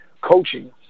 coaching